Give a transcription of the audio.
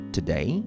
Today